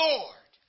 Lord